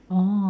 oh